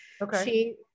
Okay